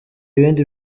ibindi